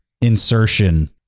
insertion